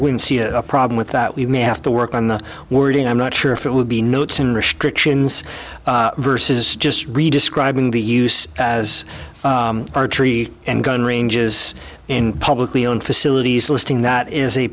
wouldn't see a problem with that we may have to work on the wording i'm not sure if it would be notes in restrictions verses just read to scribe in the use as a tree and gun ranges in publicly owned facilities listing that is